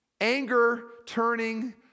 anger-turning